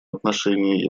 отношении